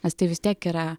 nes tai vis tiek yra